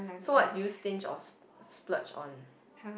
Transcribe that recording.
so what did you stinge or s~ splurge on